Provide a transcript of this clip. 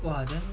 !wah! then